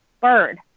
bird